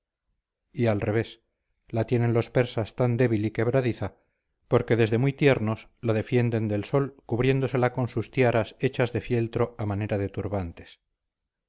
y al revés la tienen los persas tan débil y quebradiza por que desde muy tiernos la defienden del sol cubriéndosela con sus tiaras hechas de fieltro a manera de turbantes